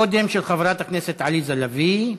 קודם, של חברת הכנסת עליזה לביא.